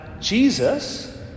Jesus